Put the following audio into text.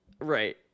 right